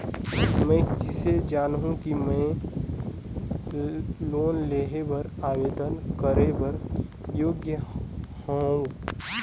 मैं किसे जानहूं कि मैं लोन लेहे बर आवेदन करे बर योग्य हंव?